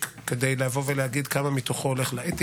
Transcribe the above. חברות וחברי הכנסת, שלום, שלום גם לשר.